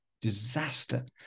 Disaster